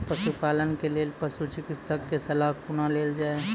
पशुपालन के लेल पशुचिकित्शक कऽ सलाह कुना लेल जाय?